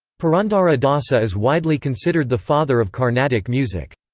purandara dasa is widely considered the father of carnatic music.